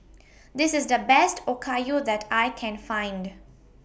This IS The Best Okayu that I Can Find